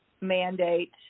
mandate